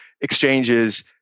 exchanges